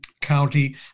county